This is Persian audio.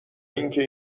اینکه